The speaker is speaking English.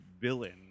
villain